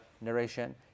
narration